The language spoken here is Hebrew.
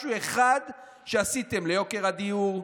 משהו אחד שעשיתם ליוקר הדיור,